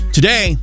Today